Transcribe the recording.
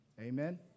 Amen